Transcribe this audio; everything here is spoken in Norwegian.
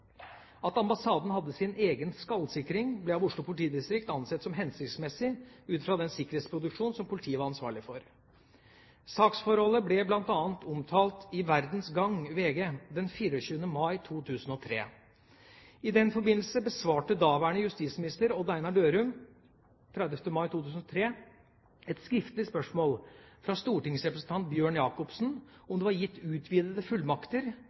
At ambassaden hadde sin egen skallsikring, ble av Oslo politidistrikt ansett som hensiktsmessig ut fra den sikkerhetsproduksjonen som politiet var ansvarlig for. Saksforholdet ble bl.a. omtalt i Verdens Gang – VG – den 24. mai 2003. I denne forbindelse besvarte daværende justisminister Odd Einar Dørum 30. mai 2003 et skriftlig spørsmål fra stortingsrepresentant Bjørn Jacobsen om det var gitt utvidede fullmakter